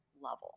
level